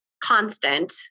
constant